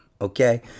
okay